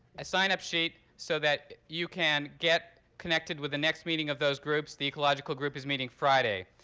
a sign-up sheet so that you can get connected with the next meeting of those groups. the ecological group is meeting friday.